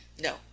No